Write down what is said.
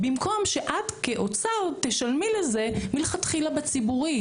במקום שאת כאוצר תשלמי לזה מלכתחילה בציבורי.